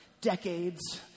decades